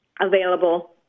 available